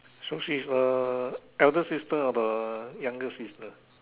so she is the eldest sister or the younger sister